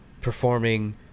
performing